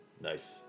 nice